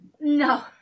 No